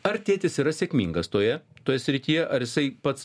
ar tėtis yra sėkmingas toje toje srityje ar jisai pats